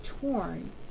torn